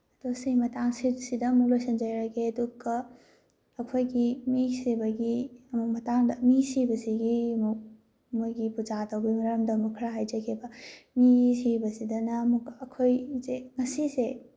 ꯑꯗꯨ ꯁꯤ ꯃꯇꯥꯡꯁꯤ ꯁꯤꯗ ꯑꯃꯨꯛ ꯂꯣꯏꯁꯤꯟꯖꯔꯒꯦ ꯑꯗꯨꯒ ꯑꯩꯈꯣꯏꯒꯤ ꯃꯤ ꯁꯤꯕꯒꯤ ꯑꯃꯨꯛ ꯃꯇꯥꯡꯗ ꯃꯤ ꯁꯤꯕꯁꯤꯒꯤ ꯑꯃꯨꯛ ꯃꯣꯏꯒꯤ ꯄꯨꯖꯥ ꯇꯧꯕꯩ ꯃꯔꯝꯗ ꯑꯃꯨꯛ ꯈꯔ ꯍꯥꯏꯖꯒꯦꯕ ꯃꯤ ꯁꯤꯕꯁꯤꯗꯅ ꯑꯃꯨꯛꯀ ꯑꯩꯈꯣꯏꯁꯦ ꯉꯁꯤꯁꯦ